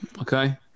Okay